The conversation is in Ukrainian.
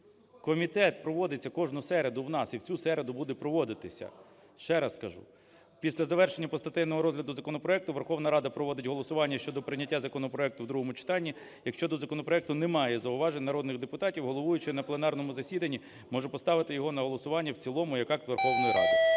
Комітет проводиться кожну середу в нас і в цю середу буде проводитися. Ще раз кажу, після завершення постатейного розгляду законопроекту Верховна Рада проводить голосування щодо прийняття законопроекту в другому читанні. Якщо до законопроекту немає зауважень народних депутатів, головуючий на пленарному засіданні може поставити його на голосування в цілому як акт Верховної Ради.